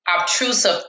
Obtrusive